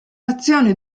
azioni